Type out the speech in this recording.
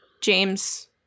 James